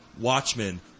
Watchmen